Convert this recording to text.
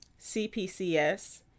CPCS